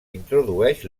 introdueix